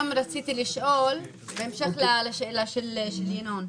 וגם רציתי לשאול, בהמשך לשאלה של ינון,